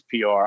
PR